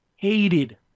Hated